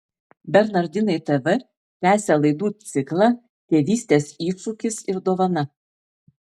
bernardinai tv tęsia laidų ciklą tėvystės iššūkis ir dovana